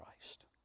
Christ